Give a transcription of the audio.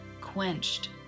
quenched